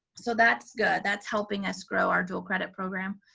so that's good. that's helping us grow our dual credit program.